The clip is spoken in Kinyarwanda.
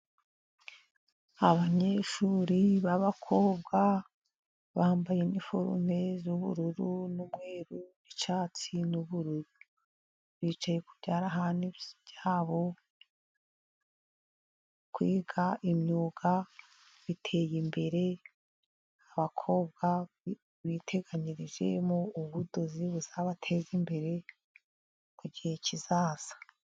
Abanyeshuri b'abakobwa bambaye iforume z'ubururu, n'umweru ,icyatsi, n'ubururu ,bicaye ku byarahani byabo. Kwiga imyuga biteye imbere, abakobwa biteganyirijemo, ubudozi buzabateza imbere mu gihe kizaza.